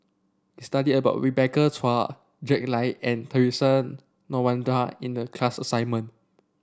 we studied about Rebecca Chua Jack Lai and Theresa Noronha in the class assignment